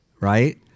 right